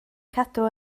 cadw